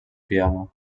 piano